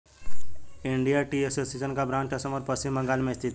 Indian tea association का branch Assam और पश्चिम बंगाल में स्थित है